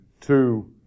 two